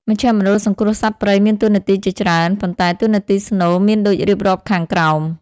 មជ្ឈមណ្ឌលសង្គ្រោះសត្វព្រៃមានតួនាទីជាច្រើន ប៉ុន្តែតួនាទីស្នូលមានដូចរៀបរាប់ខាងក្រោម។